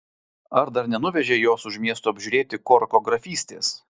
ar dar nenuvežei jos už miesto apžiūrėti korko grafystės